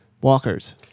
walkers